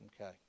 Okay